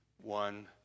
one